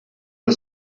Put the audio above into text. was